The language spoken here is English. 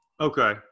Okay